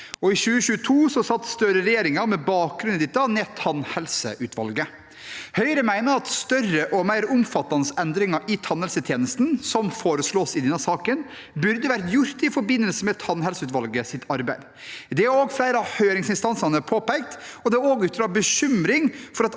i 2022 satte Støre-regjeringen med bakgrunn i dette ned tannhelseutvalget. Høyre mener at større og mer omfattende endringer i tannhelsetjenesten, som foreslås i denne saken, burde vært gjort i forbindelse med tannhelseutvalgets arbeid. Det har også flere av høringsinstansene påpekt, og det er også gitt uttrykk for bekymring for at